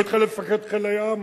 לא התחלף מפקד חיל הים.